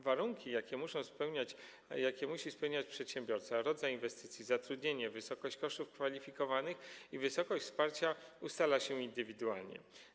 Warunki, jakie musi spełniać przedsiębiorca, rodzaj inwestycji, zatrudnienie, wysokość kosztów kwalifikowanych i wysokość wsparcia ustala się indywidualnie.